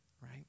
right